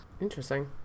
Interesting